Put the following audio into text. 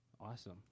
Awesome